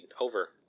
Over